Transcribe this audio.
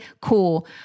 Cool